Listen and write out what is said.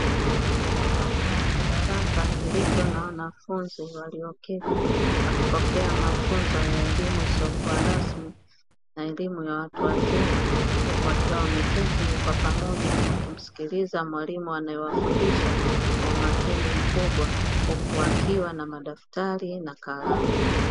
Chumba cha darasa kilicho na wanafunzi walioketi wakipokea mafunzo ya elimu isiyokuwa rasmi, na elimu ya watu wazima, huku wakiwa wameketi kwa pamoja wakimsikiliza mwalimu anayewafundisha kwa umakini mkubwa, huku wakiwa na madaftari na kalamu.